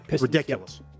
Ridiculous